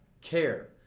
care